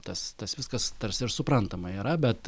tas tas viskas tarsi ir suprantama yra bet